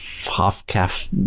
half-calf